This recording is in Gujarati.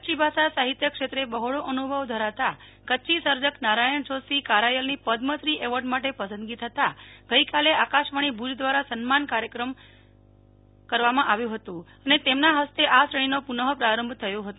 કચ્છી ભાષા સાહિત્ય ક્ષેત્રે બહોળો અનુભવ ધરાવતા કચ્છી સર્જક નારાયણ જોશી કારાયલની પદ્મશ્રી એવોર્ડ માટે પસંદગી થતાં ગઈકાલે આકાશવાણી ભુજ દ્વારા સન્માન કરવામાં આવ્યું હતું અને તેમના હસ્તે આ શ્રેણીનો પુનઃ પ્રારંભ થયો હતો